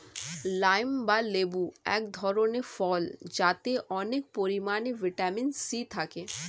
lime বা লেবু এক ধরনের ফল যাতে অনেক পরিমাণে ভিটামিন সি থাকে